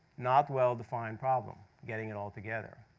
not well defined problem getting it all together.